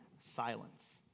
silence